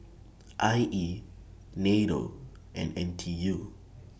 I E NATO and N T U